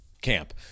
camp